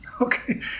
Okay